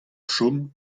chom